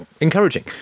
encouraging